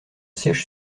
siège